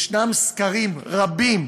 יש סקרים רבים